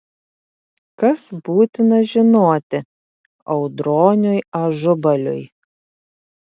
kas būtina žinoti audroniui ažubaliui